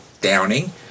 Downing